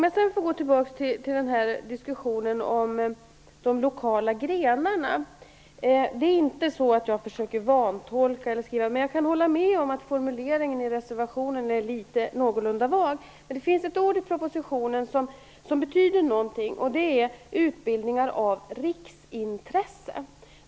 Jag skall återkomma till diskussionen om de lokala grenarna. Jag vill inte försöka vantolka något, men jag kan hålla med om att formuleringen i reservationen är någorlunda vag. Det finns ett ord i propositionen som betyder någonting, nämligen utbildningar av riksintresse.